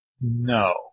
No